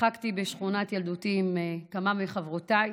שיחקתי בשכונת ילדותי עם כמה מחברותיי,